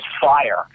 fire